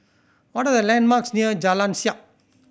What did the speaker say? what are the landmarks near Jalan Siap